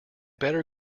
better